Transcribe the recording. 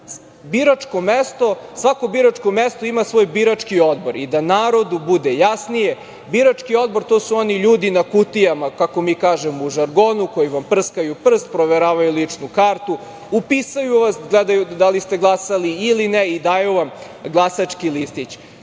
Svako biračko mesto ima svoj birački odbor. Da narodu bude jasnije, birački odbor su oni ljudi na kutijama, kako mi kažemo u žargonu, koji vam prskaju prst, proveravaju ličnu kartu, upisuju vas, gledaju da li ste glasali ili ne i daju vam glasački listić.